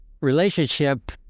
relationship